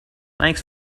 thanks